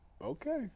Okay